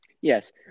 Yes